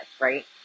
Right